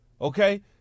Okay